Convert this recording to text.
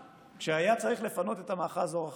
כשהיה צריך לפנות את המאחז אור חיים.